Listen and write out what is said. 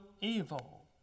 evil